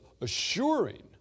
assuring